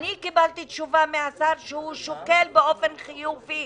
אני קיבלתי תשובה מהשר שהוא שוקל באופן חיובי